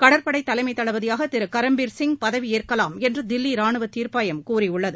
கடற்படைத் தலைமைத் தளபதியாக திரு கரம்பீர் சிங் பதவியேற்கலாம் என்று தில்லி ராணுவத் தீர்ப்பாயம் கூறியுள்ளது